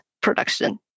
production